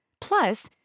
Plus